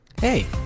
hey